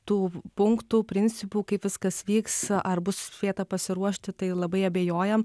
tų punktų principų kaip viskas vyks ar bus spėta pasiruošti tai labai abejojam